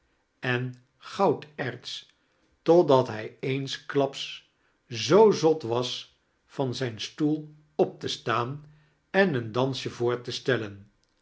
en gouderts totdat hij eensklaps zoo zot was van zijn stoel op te staan en een dansje voor te stellen